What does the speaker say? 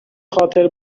خاطر